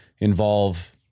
involve